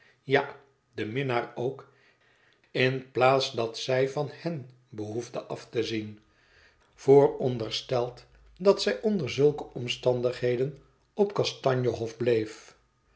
ja de minnaar ook in plaats dat zij van hen behoefde af te zien voorondersteld dat zij onder zulke omstandigheden op kastanje hof bleef